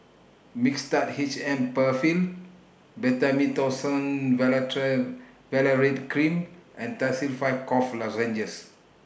Mixtard H M PenFill Betamethasone Valerate Cream and Tussils five Cough Lozenges